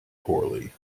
poorly